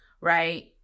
right